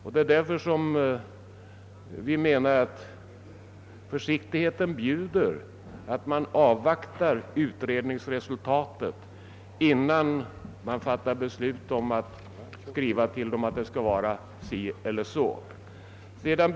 Vi menar därför att försiktigheteten bjuder att man avvaktar utredningens resultat innan beslut fattas om att skriva att det bör vara si eller så.